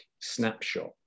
snapshot